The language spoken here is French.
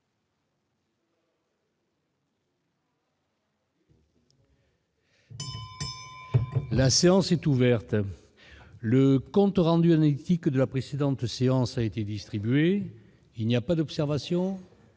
La séance est ouverte.. Le compte rendu analytique de la précédente séance a été distribué. Il n'y a pas d'observation ?